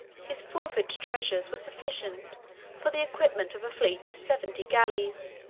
his forfeit treasures were sufficient for the equipment of a fleet of seventy galleys.